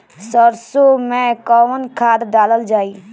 सरसो मैं कवन खाद डालल जाई?